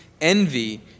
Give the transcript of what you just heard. envy